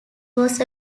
was